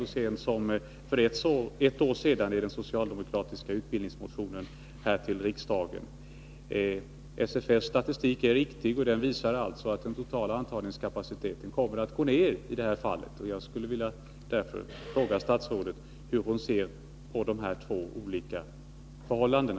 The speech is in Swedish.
Så sent som för ett år sedan framfördes ju en sådan inriktning i den socialdemokra Nr 104 tiska utbildningsmotionen. SFS statistik är som sagt riktig, och den visar att Tisdagen den den totala antagningskapaciteten kommer att bli mindre i det här fallet. Jag 22 mars 1983 skulle därför vilja fråga Lena Hjelm-Wallén: Hur ser statrådet på dessa två olika förhållanden?